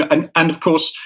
and and of course,